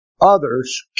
others